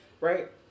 right